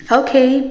okay